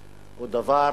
הוא דבר